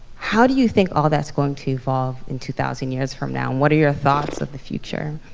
how do you think all that's going to evolve in two thousand years from now, and what are your thoughts of the future?